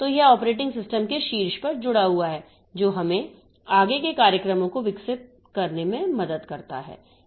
तो यह operating system के शीर्ष पर जुड़ा हुआ है जो हमें आगे के कार्यक्रमों को विकसित करने में मदद करता है